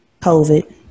COVID